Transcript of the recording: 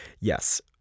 yes